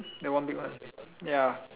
and one big one ya